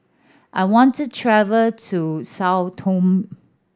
I want to travel to Sao Tome